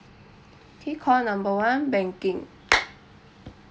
K call number one banking